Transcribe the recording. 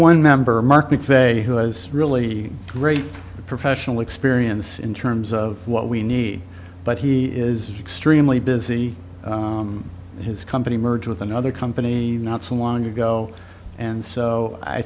one member mark mcveigh who was really great professional experience in terms of what we need but he is extremely busy and his company merged with another company not so long ago and so i